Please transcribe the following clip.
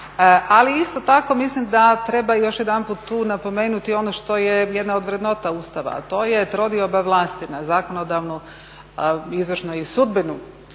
Ali isto tako mislim da treba još jedanput tu napomenuti ono što je jedna od vrednota Ustava, a to je trodioba vlasti na zakonodavnu, izvršnu i sudbenu